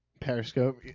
periscope